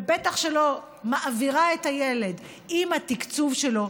ובטח שלא מעבירה את הילד עם התקצוב שלו,